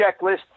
checklist